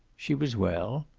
she was well.